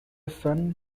son